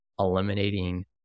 eliminating